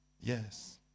Yes